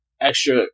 extra